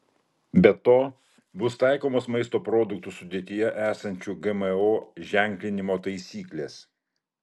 be to bus taikomos maisto produktų sudėtyje esančių gmo ženklinimo taisyklės